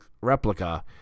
replica